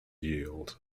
yield